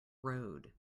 road